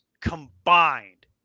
combined